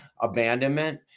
abandonment